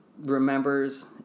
remembers